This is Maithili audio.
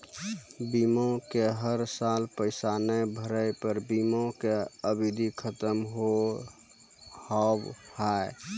बीमा के हर साल पैसा ना भरे पर बीमा के अवधि खत्म हो हाव हाय?